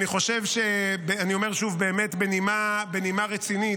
אני אומר שוב בנימה רצינית,